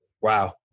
wow